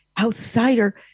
outsider